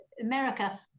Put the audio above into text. America